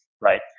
right